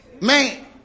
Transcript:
Man